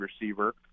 receiver